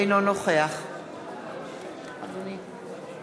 אינו נוכח חברי וחברות